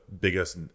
biggest